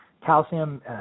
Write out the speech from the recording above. Calcium